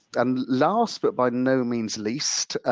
and last but by no means least,